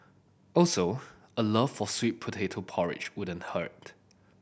also a love for sweet potato porridge wouldn't hurt